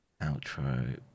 outro